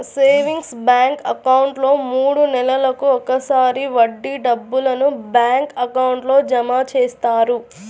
savings bank అకౌంట్లో మూడు నెలలకు ఒకసారి వడ్డీ డబ్బులను బ్యాంక్ అకౌంట్లో జమ చేస్తారు